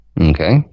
Okay